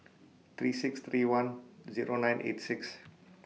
three six three one Zero nine eight six